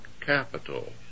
capital